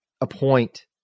appoint